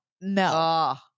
no